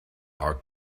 are